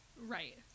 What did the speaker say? Right